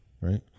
Right